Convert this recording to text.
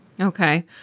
Okay